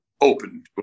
open